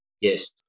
Yes